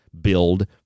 Build